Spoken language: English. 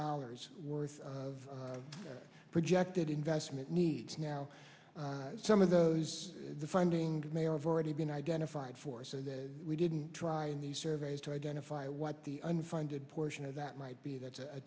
dollars worth of projected investment needs now some of those the finding the mayor of already been identified for so that we didn't try in these surveys to identify what the underfunded portion of that might be